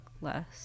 less